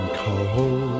cold